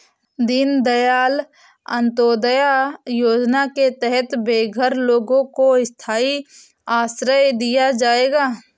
दीन दयाल अंत्योदया योजना के तहत बेघर लोगों को स्थाई आश्रय दिया जाएगा